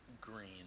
green